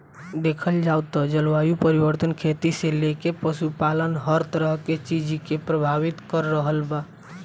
देखल जाव त जलवायु परिवर्तन खेती से लेके पशुपालन हर तरह के चीज के प्रभावित कर रहल बा